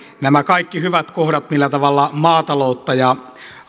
nämä kaikki hyvät kohdat millä tavalla maataloutta ja